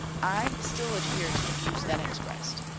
i still adhere to the views then expressed.